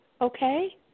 Okay